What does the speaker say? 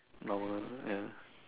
normal ya